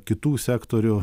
kitų sektorių